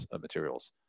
materials